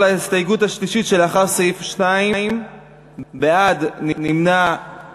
ההסתייגות השנייה של קבוצת סיעת יהדות התורה